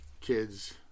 kids